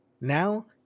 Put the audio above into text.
Now